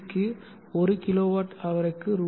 க்கு ஒரு kWh ரூ